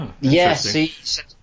Yes